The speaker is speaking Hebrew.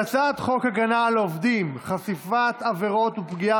חוק הגנה על עובדים (חשיפת עבירות ופגיעה